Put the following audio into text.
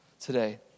today